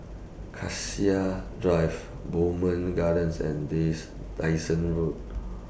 Cassia Drive Bowmont Gardens and Days Dyson Road